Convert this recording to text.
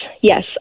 yes